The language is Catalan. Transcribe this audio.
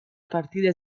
partides